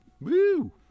Woo